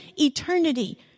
eternity